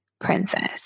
princess